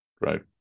right